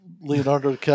Leonardo